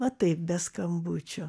va taip be skambučio